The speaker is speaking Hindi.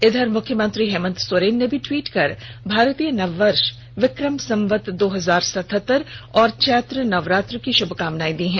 इधर मुख्यमंत्री हेमंत सोरेन ने भी ट्विट कर भारतीय नववर्ष विक्रम संवत दो हजार सतहत्तर और चैत्र नवरात्र की शुभकामनाएं दी है